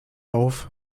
auf